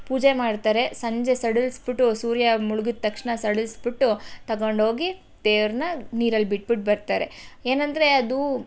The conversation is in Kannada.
ಪೂಜೆ ಮಾಡ್ತಾರೆ ಸಂಜೆ ಸಡಿಲ್ಸಿಬಿಟ್ಟು ಸೂರ್ಯ ಮುಳ್ಗಿದ ತಕ್ಷಣ ಸಡಿಲ್ಸಿಬಿಟ್ಟು ತಗೊಂಡೋಗಿ ದೆವ್ರನ್ನ ನೀರಲ್ಲಿ ಬಿಟ್ಟು ಬಿಟ್ಟು ಬರ್ತಾರೆ ಏನೆಂದ್ರೆ ಅದು